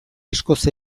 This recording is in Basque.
askoz